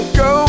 go